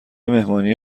مهمانی